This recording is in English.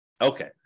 Okay